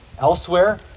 elsewhere